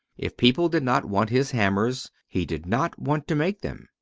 if people did not want his hammers, he did not want to make them.